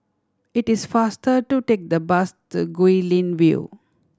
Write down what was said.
it is faster to take the bus to Guilin View